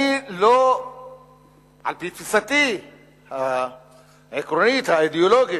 לכן, על-פי תפיסתי העקרונית, האידיאולוגית,